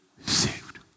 saved